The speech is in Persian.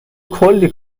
کلی